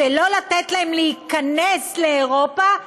לא לתת להם להיכנס לאירופה,